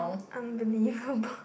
unbelievable